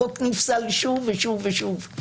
החוק נפסל שוב ושוב ושוב.